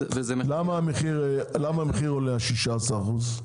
--- אז למה המחיר עולה ב-16 אחוזים?